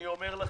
אני אומר לכם,